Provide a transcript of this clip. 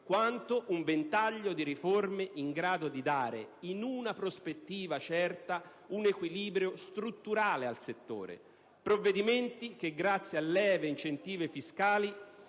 quanto un ventaglio di riforme in grado di dare, in una prospettiva certa, un equilibrio strutturale al settore. Ci si aspettava provvedimenti che, grazie a leve ed incentivi fiscali,